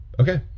Okay